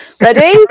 Ready